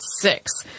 Six